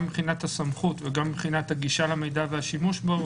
גם מבחינת הסמכות וגם מבחינת הגישה למידע והשימוש בו,